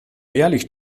ehrlich